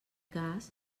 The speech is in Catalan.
cas